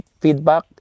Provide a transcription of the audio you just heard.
feedback